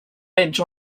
bench